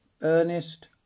Ernest